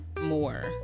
more